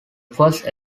first